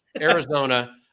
Arizona